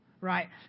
right